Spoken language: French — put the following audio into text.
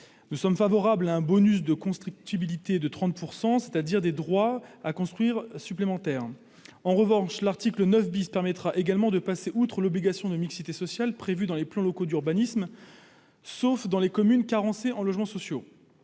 Nous sommes favorables au « bonus de constructibilité » de 30 %, c'est-à-dire à des droits à construire supplémentaires. En revanche, l'article 9 permettra également de passer outre les obligations de mixité sociale prévues par les plans locaux d'urbanisme, sauf dans les communes carencées en logements sociaux.